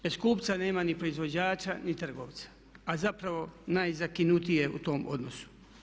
Bez kupca nema ni proizvođača ni trgovaca a zapravo nezakinut je u tom odnosu.